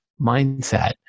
mindset